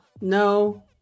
no